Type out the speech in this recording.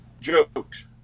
jokes